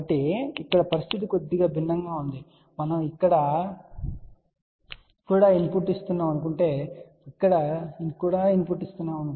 కాబట్టి ఇక్కడ పరిస్థితి కొద్దిగా భిన్నంగా ఉంది మనము ఇక్కడ కూడా ఇన్పుట్ ఇస్తున్నాము మరియు మనము ఇక్కడ కూడా ఇన్పుట్ ఇస్తున్నాము